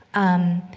um,